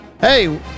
Hey